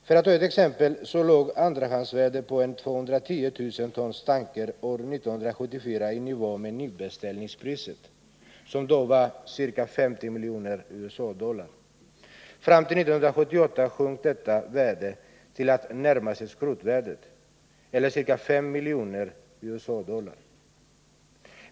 För att ta ett exempel låg andrahandsvärdet på en 210 000 tons tanker år 1974 i nivå med nybeställningspriset, som då var ca 50 miljoner USA-dollar. Fram till 1978 sjönk detta värde och kom att närma sig skrotvärdet eller ca 5 miljoner USA-dollar.